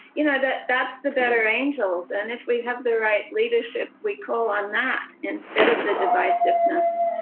you know, that that's the better angels. and if we have the right leadership, we call on that instead of the divisiveness.